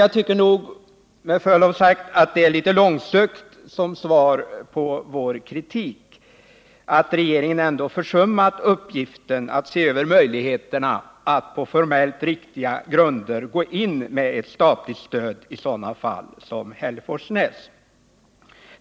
Jag tycker med förlov sagt att det är litet långsökt som svar på vår kritik att regeringen försummat uppgiften att se över möjligheterna att på formellt riktiga grunder gå in med ett statligt stöd i sådana fall som Hälleforsnäs.